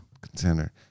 Contender